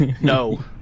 No